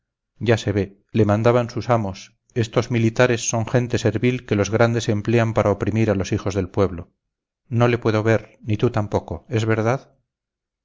ya se ve le mandaban sus amos estos militares son gente servil que los grandes emplean para oprimir a los hijos del pueblo no le puedo ver ni tú tampoco es verdad